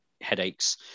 headaches